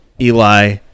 Eli